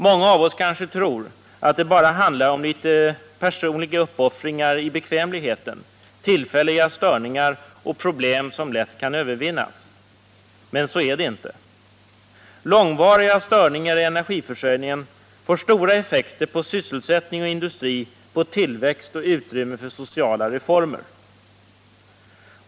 Många av oss kanske tror att det bara handlar om små uppoffringar i den personliga bekvämligheten, tillfälliga störningar och problem som snabbt kan övervinnas. Men så är det inte. Långvariga störningar i energiförsörjningen kan få stora effekter på sysselsättning och industri, på tillväxt och utrymme för sociala reformer.